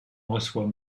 reçoit